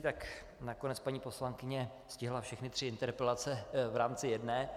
Tak nakonec paní poslankyně stihla všechny tři interpelace v rámci jedné.